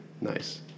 nice